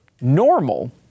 normal